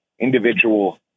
individual